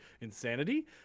insanity